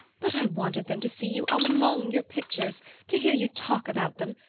but i wanted them to see you among your pictures to hear you talk about them,